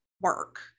work